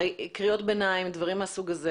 הרי קריאות ביניים ודברים מהסוג הזה,